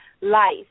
life